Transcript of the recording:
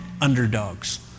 underdogs